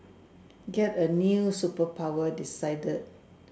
get a new superpower decided